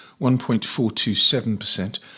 1.427%